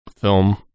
film